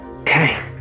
Okay